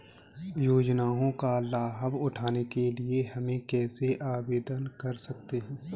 योजनाओं का लाभ उठाने के लिए हम कैसे आवेदन कर सकते हैं?